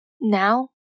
Now